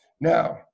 Now